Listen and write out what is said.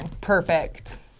perfect